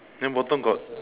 then bottom got